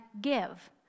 give